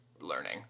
learning